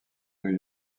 new